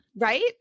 Right